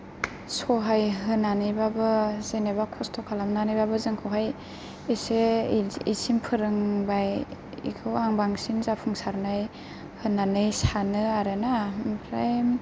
सहाय होनानै बाबो जेनैबा खस्ट' खालामनानैबाबो जोंखौहाय इसे इसिम फोरों बाय इखौ आं बांसिन जाफुंसारनाय होन्नानै सानो आरोना ओमफ्राय